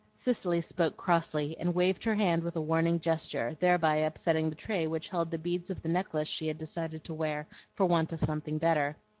cicely spoke crossly, and waved her hand with a warning gesture, thereby upsetting the tray which held the beads of the necklace she had decided to wear for want of something better.